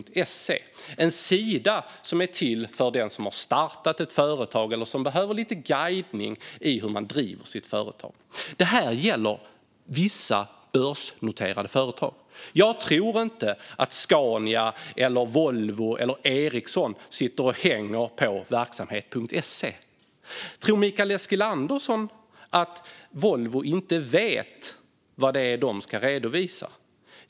Det är en sida som är till för den som har startat ett företag eller som behöver lite guidning i hur man driver sitt företag. Det gäller vissa börsnoterade företag. Jag tror inte att Scania, Volvo eller Ericsson hänger på verksamhet.se. Tror Mikael Eskilandersson att Volvo inte vet vad det är de ska redovisa?